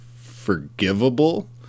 forgivable